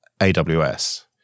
AWS